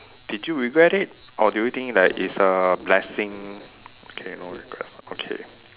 did you regret it or did you think like it's a blessing okay no regrets okay